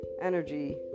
energy